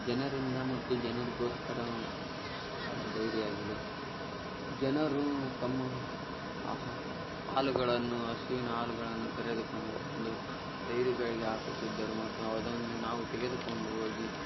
ಜನರಿಂದ ಮತ್ತು ಜನರಿಗೋಸ್ಕರವಾದ ಡೈರಿಯಾಗಿದೆ ಜನರು ತಮ್ಮ ಆಹ ಹಾಲುಗಳನ್ನು ಹಸುವಿನ ಹಾಲುಗಳನ್ನು ಕರೆದುಕೊಂಡು ಬಂದು ಡೈರಿಗಳಿಗೆ ಹಾಕುತ್ತಿದ್ದರು ಮತ್ತು ಅವ್ ಅದನ್ನು ನಾವು ತೆಗೆದುಕೊಂಡು ಹೋಗಿ